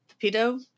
Pepito